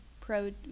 pro